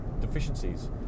deficiencies